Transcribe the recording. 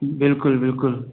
बिल्कुलु बिल्कुलु